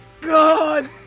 God